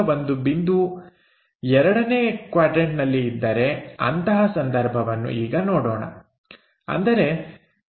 ಈಗ ಒಂದು ಬಿಂದು ಎರಡನೇ ಕ್ವಾಡ್ರನ್ಟನಲ್ಲಿ ಇದ್ದರೆ ಅಂತಹ ಸಂದರ್ಭವನ್ನು ಈಗ ನೋಡೋಣ ಅಂದರೆ ಈ ಬಿಂದು A ಯು ಇಲ್ಲೇ ಒಂದು ಕಡೆ ಇದೆ